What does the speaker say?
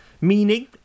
meaning